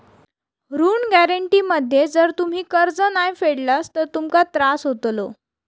ऋण गॅरेंटी मध्ये जर तुम्ही कर्ज नाय फेडलास तर तुमका त्रास होतलो